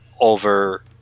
over